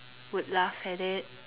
would laugh at it